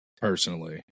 personally